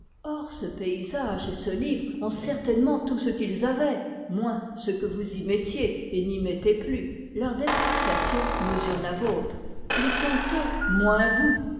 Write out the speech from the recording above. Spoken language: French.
or ce paysage et ce livre ont certainement tout ce qu'ils avaient moins ce que vous y mettiez et n'y mettez plus leur dépréciation mesure la vôtre ils sont eux moins vous